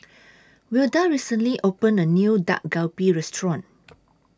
Wilda recently opened A New Dak Galbi Restaurant